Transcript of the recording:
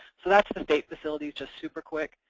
so that's the state facilities, just super-quick.